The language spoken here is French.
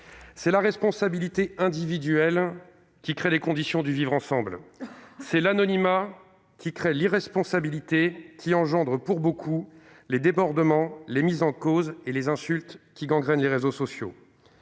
C'est la responsabilité individuelle qui crée les conditions du vivre ensemble. C'est l'anonymat qui crée l'irresponsabilité qui engendre, pour beaucoup, les débordements, les mises en cause et les insultes qui gangrènent les réseaux sociaux.